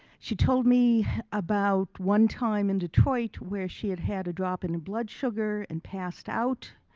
she told me about one time in detroit where she had had a drop in and blood sugar and passed out.